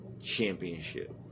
Championship